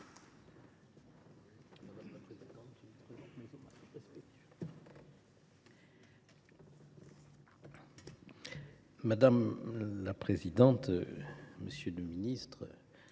Madame la présidente, monsieur le ministre,